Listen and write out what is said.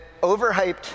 overhyped